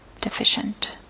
deficient